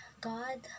God